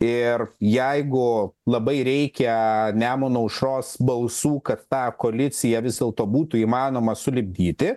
ir jeigu labai reikia nemuno aušros balsų kad tą koaliciją vis dėlto būtų įmanoma sulipdyti